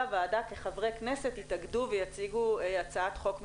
הוועדה כחברי כנסת יתאגדו ויציגו הצעת חוק מטעמם,